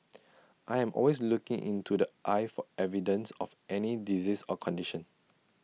I am always looking into the eye for evidence of any disease or condition